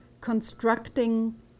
constructing